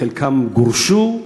חלקם גורשו,